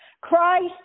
Christ